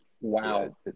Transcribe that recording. Wow